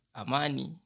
amani